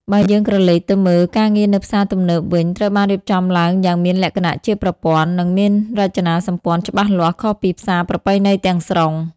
បើយើងក្រឡេកទៅមើល ការងារនៅផ្សារទំនើបវិញត្រូវបានរៀបចំឡើងយ៉ាងមានលក្ខណៈជាប្រព័ន្ធ និងមានរចនាសម្ព័ន្ធច្បាស់លាស់ ខុសពីផ្សារប្រពៃណីទាំងស្រុង។